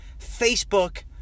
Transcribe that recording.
Facebook